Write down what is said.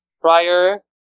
prior